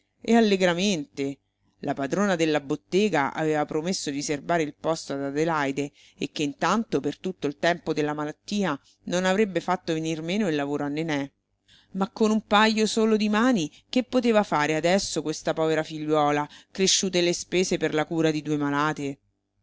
e allegramente la padrona della bottega aveva promesso di serbare il posto ad adelaide e che intanto per tutto il tempo della malattia non avrebbe fatto venir meno il lavoro a nené ma con un pajo solo di mani che poteva fare adesso questa povera figliuola cresciute le spese per la cura di due malate